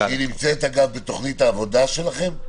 --- שהיא נמצאת אגב בתוכנית העבודה שלכם?